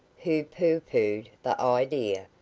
who pooh-poohed the idea,